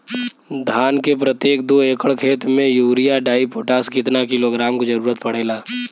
धान के प्रत्येक दो एकड़ खेत मे यूरिया डाईपोटाष कितना किलोग्राम क जरूरत पड़ेला?